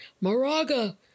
Moraga